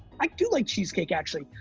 i do like cheesecake, actually.